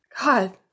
God